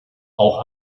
auch